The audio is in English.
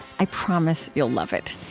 i promise, you'll love it.